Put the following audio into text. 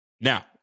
Now